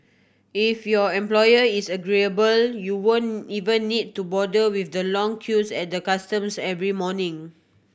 if your employer is agreeable you won't even need to bother with the long queues at the customs every morning